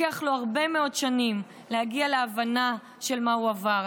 נדרשות לו הרבה מאוד שנים להגיע להבנה של מה הוא עבר,